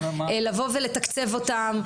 לתקצב אותם,